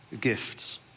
gifts